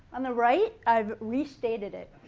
on the right, i've restated it.